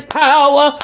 power